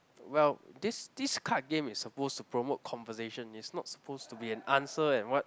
well this this card game is supposed to promote conversation is not supposed to be an answer and what